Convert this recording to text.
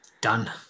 Done